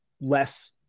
less